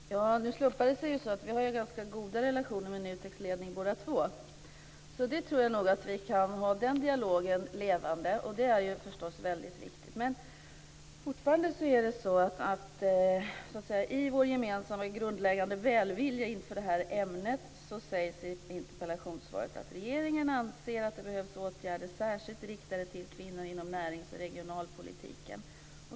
Fru talman! Nu slumpar det sig så att vi har ganska goda relationer med NUTEK:s ledning båda två, så jag tror nog att vi kan hålla den dialogen levande, och det är förstås väldigt viktigt. Av en grundläggande välvilja inför detta ämne sägs i interpellationssvaret: "Regeringen anser att det även i fortsättningen behövs åtgärder särskilt riktade till kvinnor inom närings och regionalpolitiken."